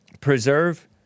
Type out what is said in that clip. Preserve